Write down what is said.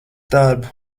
darbu